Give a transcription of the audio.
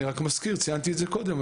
אני רק מזכיר, ציינתי את זה קודם.